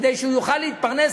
כדי שהוא יוכל להתפרנס,